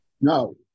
No